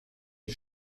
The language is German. die